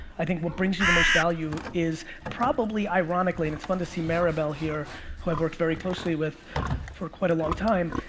i think what brings you the most value is probably ironically, and it's fun to see maribel here who i've worked very closely with for quite a long time,